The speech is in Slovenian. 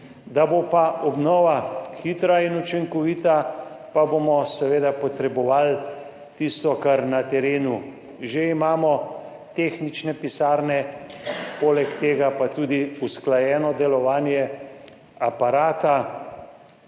da bo pa obnova hitra in učinkovita, pa bomo seveda potrebovali tisto, kar na terenu že imamo, tehnične pisarne. Poleg tega pa tudi usklajeno delovanje aparata,